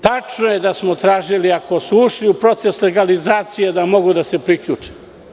Tačno je da smo tražili, ako su ušli u proces legalizacije, da mogu da se priključe.